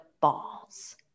balls